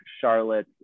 Charlotte